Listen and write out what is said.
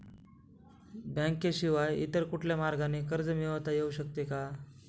बँकेशिवाय इतर कुठल्या मार्गाने कर्ज मिळविता येऊ शकते का?